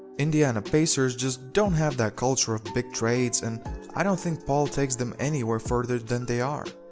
indiana pacers just don't have that culture of big trades and i don't think paul takes them anywhere further than they are.